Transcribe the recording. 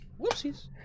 whoopsies